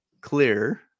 clear